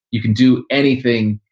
you can do anything.